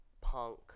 punk